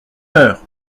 heure